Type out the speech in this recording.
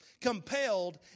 compelled